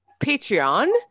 patreon